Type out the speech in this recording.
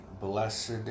blessed